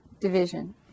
Division